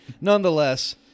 Nonetheless